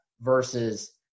versus